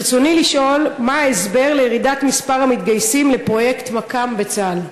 ברצוני לשאול: מה הוא ההסבר לירידת מספר המתגייסים לפרויקט מקא"ם בצה"ל?